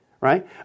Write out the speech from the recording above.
right